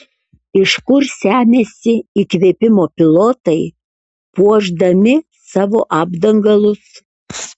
iš kur semiasi įkvėpimo pilotai puošdami savo apdangalus